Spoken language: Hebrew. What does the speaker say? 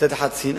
מצד אחד שנאה,